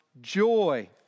joy